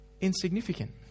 insignificant